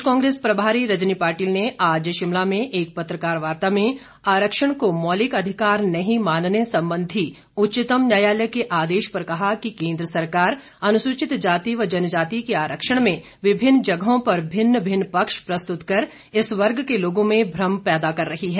प्रदेश कांग्रेस प्रभारी रजनी पाटिल ने आज शिमला में एक पत्रकार वार्ता में आरक्षण को मौलिक अधिकार नहीं मानने संबंधी उच्चतम न्यायालय के आदेश पर कहा कि केन्द्र सरकार अनुसूचित जाति व जनजाति के आरक्षण में विभिन्न जगहों पर भिन्न भिन्न पक्ष प्रस्तुत कर इस वर्ग के लोगों में भ्रम पैदा कर रही है